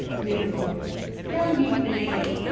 mrs. morris, tell me plainly,